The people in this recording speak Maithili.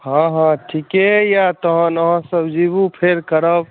हँ हँ ठीके यए तहन अहाँसभ जीबू फेर करब